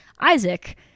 Isaac